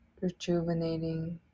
rejuvenating